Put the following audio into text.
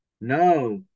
No